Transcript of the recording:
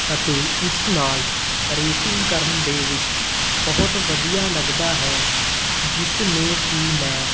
ਅਤੇ ਇਸ ਨਾਲ ਰੇਸਿੰਗ ਕਰਨ ਦੇ ਵਿੱਚ ਬਹੁਤ ਵਧੀਆ ਲੱਗਦਾ ਹੈ ਜਿਸ ਨੂੰ ਕਿ ਮੈਂ